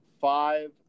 five